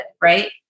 Right